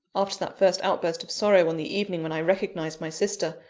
after that first outburst of sorrow on the evening when i recognised my sister,